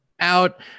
out